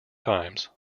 times